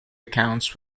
accounts